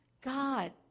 God